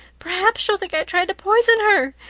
perhaps she'll think i tried to poison her.